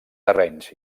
terrenys